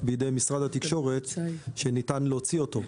בידי משרד התקשורת שניתן להוציא אותו.